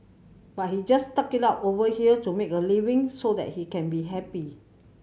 but he just stuck it out over here to make a living so that he can be happy